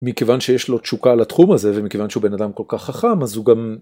מכיוון שיש לו תשוקה לתחום הזה ומכיוון שהוא בן אדם כל כך חכם אז הוא גם.